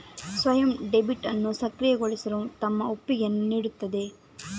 ಸ್ವಯಂ ಡೆಬಿಟ್ ಅನ್ನು ಸಕ್ರಿಯಗೊಳಿಸಲು ತಮ್ಮ ಒಪ್ಪಿಗೆಯನ್ನು ನೀಡುತ್ತದೆ